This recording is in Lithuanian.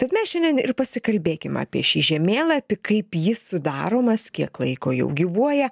tad mes šiandien ir pasikalbėkim apie šį žemėlapį kaip jis sudaromas kiek laiko jau gyvuoja